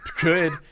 good